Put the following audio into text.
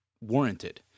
warranted